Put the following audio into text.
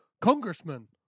congressman